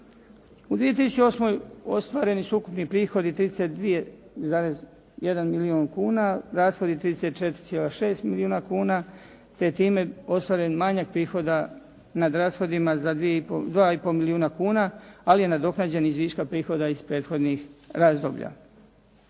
U 2008. ostvareni su ukupni prihodi 32,1 milijun kuna, rashodi 34,6 milijuna kuna, te time ostvaren manjak prihoda nad rashodima za 2 i pol milijuna kuna, ali je nadoknađen iz viška prihoda iz prethodnih razdoblja.